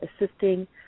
assisting